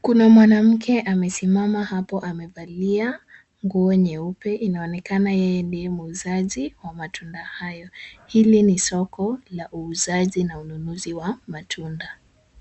Kuna mwanamke amesimama hapo amevalia nguo nyeupe. Inaonekana yeye ndiye muuzaji wa matunda hayo. Hili ni soko la uuzaji na ununuzi wa matunda.